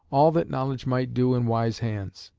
all that knowledge might do in wise hands,